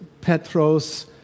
Petros